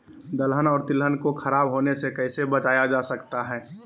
दलहन और तिलहन को खराब होने से कैसे बचाया जा सकता है?